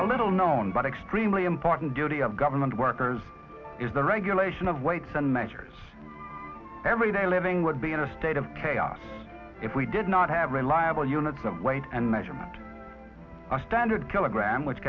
a little known but extremely important duty of government workers is the regulation of weights and measures everyday living would be in a state of chaos if we did not have reliable units of weight and measurement a standard kilogram which